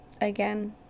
again